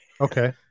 Okay